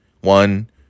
one